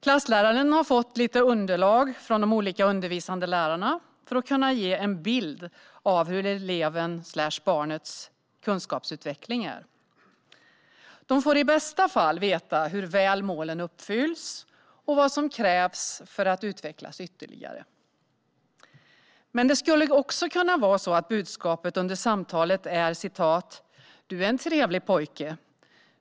Klassläraren har fått lite underlag från de olika undervisande lärarna för att kunna ge en bild av elevens/barnets kunskapsutveckling. Man får i bästa fall veta hur väl målen uppfylls och vad som krävs för att eleven ska utvecklas ytterligare. Men det skulle också kunna var så att budskapet under samtalet är: "Du är en trevlig pojke.